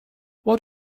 what